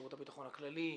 לשירות הביטחון הכללי?